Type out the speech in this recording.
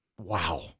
wow